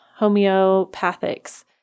homeopathics